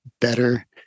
better